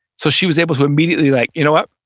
so she was able to immediately like, you know what?